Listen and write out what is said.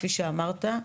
כפי שאמרת,